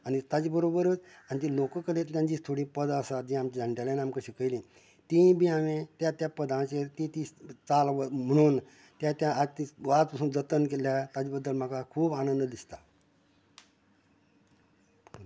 आनी ताचे बरोबरच आनी जी लोककलेंतल्यान जी थोडी पदां आसात जी आमच्या जाणटेल्यान आमकां शिकयली ती बी हांवेन त्या त्या पदांचेर ती ती चाल म्हुणून त्या त्या वाट जतन केल्यां हातूंत म्हाका खूब आनंद दिसता